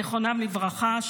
זכרם לברכה,